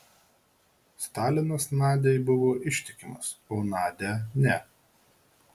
stalinas nadiai buvo ištikimas o nadia ne